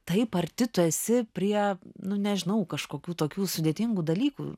taip arti tu esi prie nu nežinau kažkokių tokių sudėtingų dalykų